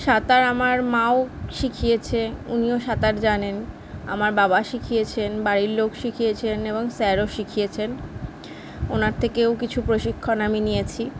সাঁতার আমার মা ও শিখিয়েছে উনিও সাঁতার জানেন আমার বাবা শিখিয়েছেন বাড়ির লোক শিখিয়েছেন এবং স্যারও শিখিয়েছেন ওনার থেকেও কিছু প্রশিক্ষণ আমি নিয়েছি